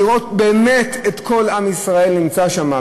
לראות באמת את כל עם ישראל נמצא שם,